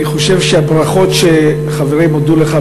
אני חושב שהברכות ושחברים הודו לך,